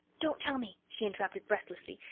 don't tell me, she interrupted breathlessly,